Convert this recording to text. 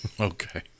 Okay